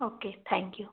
okay thank you